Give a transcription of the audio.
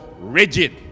rigid